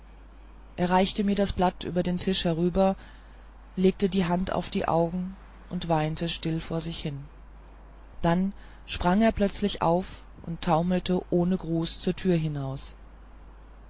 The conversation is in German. reichte mir das blatt über den tisch herüber legte die hand auf die augen und weinte still vor sich hin dann sprang er plötzlich auf und taumelte ohne gruß zur tür hinaus